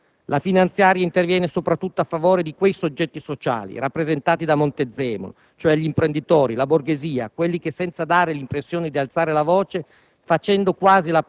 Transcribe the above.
In realtà, la finanziaria interviene soprattutto a favore di quei soggetti sociali rappresentati da Montezemolo, cioè gli imprenditori, la borghesia, quelli che, senza dare l'impressione di alzare la voce,